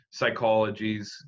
psychologies